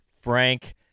Frank